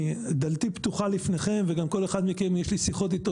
דלתי פתוחה בפניכם וגם כל אחד מכם יש לי שיחות איתו